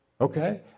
Okay